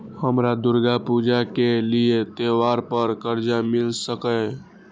हमरा दुर्गा पूजा के लिए त्योहार पर कर्जा मिल सकय?